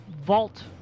vault